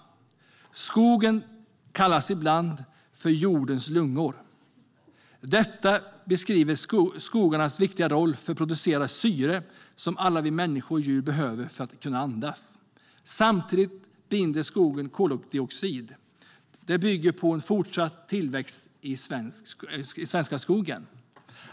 Skogen kallas ibland för jordens lungor. Detta beskriver skogarnas viktiga roll för att producera syre, som alla vi människor och djur behöver för att kunna andas. Samtidigt binder skogarna koldioxid. Det bygger på en fortsatt tillväxt i den svenska skogen.